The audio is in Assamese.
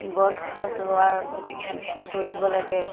গছ চছ ৰোৱাৰ বৃদ্ধি কৰিব লাগে